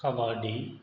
kabaddi